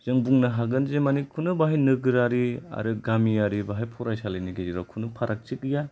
जों बुंनो हागोन जे मानि खुनु बाहाय नोगोरारि आरो गामियारि बाहाय फरायसालिनि गेजेराव खुनु फारागथि गैया